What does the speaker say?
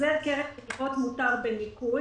""החזר קרן מילוות מותר בניכוי"